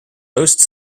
roast